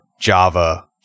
Java